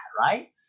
right